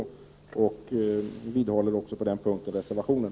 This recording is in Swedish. Jag vidhåller på den punkten den inställning som kommer fram i reservationen.